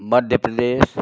Madhya Pradesh